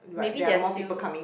maybe they're still